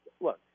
look